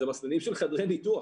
זה מסננים של חדרי ניתוח.